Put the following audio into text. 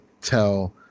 tell